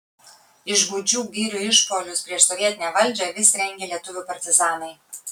iš gūdžių girių išpuolius prieš sovietinę valdžią vis rengė lietuvių partizanai